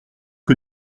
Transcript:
que